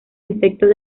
insectos